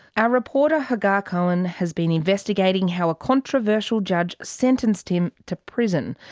our reporter hagar cohen has been investigating how a controversial judge sentenced him to prison,